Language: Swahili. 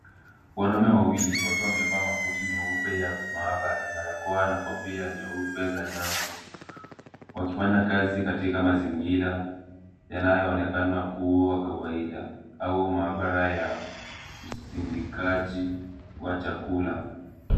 Mwanaume wawili wakiwa wamevaa makoti meupe ya maabara, barakoa na kofia nyeupe za nyavu, wakifanya kazi katika mazingira yanayoonekana kuwa kawaida au maabara ya uzindikaji wa chakula.